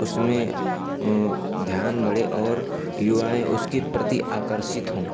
उसमें ध्यान बढ़े और युवा उसके प्रति आकर्षित हों